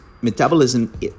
metabolism